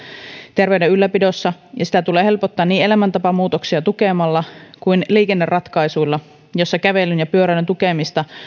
terveyden ylläpidossa ja sitä tulee helpottaa niin elämäntapamuutoksia tukemalla kuin liikenneratkaisuilla joissa kävelyn ja pyöräilyn tukemista